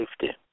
safety